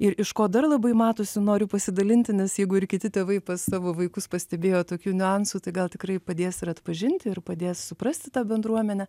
ir iš ko dar labai matosi noriu pasidalinti nes jeigu ir kiti tėvai pas savo vaikus pastebėjo tokių niuansų tai gal tikrai padės ir atpažinti ir padės suprasti tą bendruomenę